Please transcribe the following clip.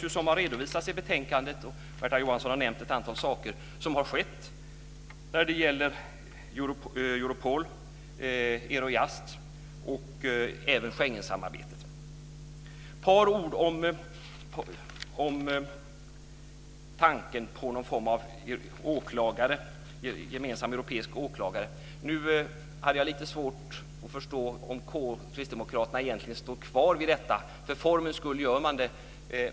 Här har, som redovisats i betänkandet och som Märta Johansson har nämnt, ett antal saker skett i och med Europol, Eurojust och även Schengensamarbetet. Jag vill säga ett par ord om tanken på någon form av gemensam europeisk åklagare. Nu hade jag lite svårt att förstå om Kristdemokraterna egentligen står kvar vid förslaget. För formens skull gör man det.